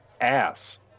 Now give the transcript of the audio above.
ass